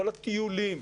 כל הטיולים,